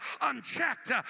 unchecked